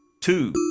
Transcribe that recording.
Two